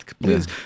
Please